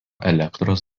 elektros